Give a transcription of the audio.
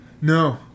No